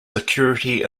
security